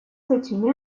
seçimi